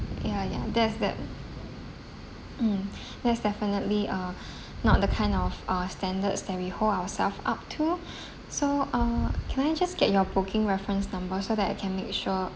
ya ya that's that mm that's definitely uh not the kind of our standards that we hold ourself up to so uh can I just get your booking reference number so that I can make sure